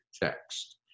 text